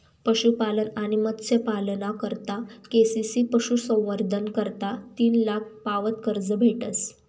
पशुपालन आणि मत्स्यपालना करता के.सी.सी पशुसंवर्धन करता तीन लाख पावत कर्ज भेटस